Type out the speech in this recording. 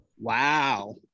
Wow